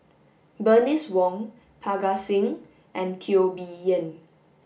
Bernice Wong Parga Singh and Teo Bee Yen